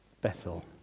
Bethel